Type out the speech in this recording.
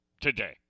today